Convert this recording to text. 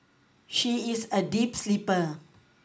she is a deep sleeper